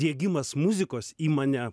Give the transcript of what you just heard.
diegimas muzikos į mane